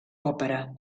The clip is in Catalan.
òpera